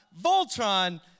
Voltron